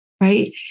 right